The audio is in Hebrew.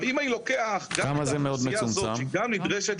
אם אני לוקח גם את האוכלוסייה הזאת שגם נדרשת